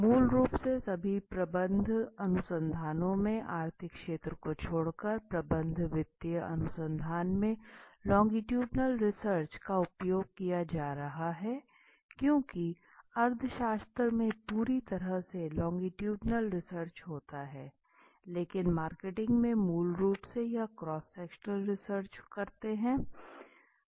मूल रूप से सभी प्रबंधन अनुसंधानों में आर्थिक क्षेत्र को छोड़कर प्रबंधन वित्तीय अनुसंधान में लोंगीटुडनल रिसर्च का उपयोग किया जा रहा है क्यूंकि अर्थशास्त्र में पूरी तरह से लोंगीटुडनल रिसर्च होता है लेकिन मार्केटिंग में मूल रूप से हम क्रॉस सेक्शनल रिसर्च करते हैं